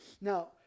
Now